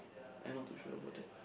I not too sure about that